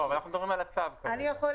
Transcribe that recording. לא, אבל אנחנו מדברים על הצו כרגע.